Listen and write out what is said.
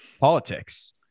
politics